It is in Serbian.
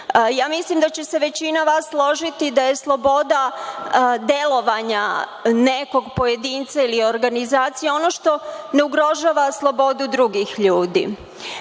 medijima. Mislim da će se većina vas složiti da je sloboda delovanja nekog pojedinca ili organizacije ono što ne ugrožava slobodu drugih ljudi.